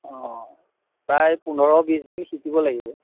অঁ প্ৰায় পোন্ধৰ বিছ দিন শিকিব লাগিব